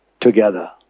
together